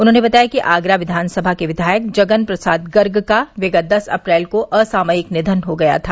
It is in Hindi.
उन्होंने बताया कि आगरा विधानसभा के विधायक जगन प्रसाद गर्ग का विगत दस अप्रैल को असामयिक निधन हो गया था